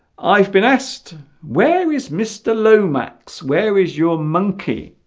i've been asked where is mr. lomax where is your monkey